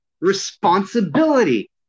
responsibility